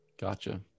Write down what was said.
gotcha